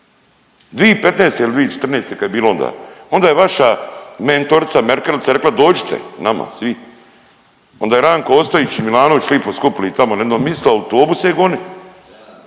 2015., 2014. kad je bilo onda. Onda je vaša mentorica Merkelica rekla dođite nama svi. Onda je Ranko Ostojić i Milanović lipo skupili tamo na jedno misto autobuse i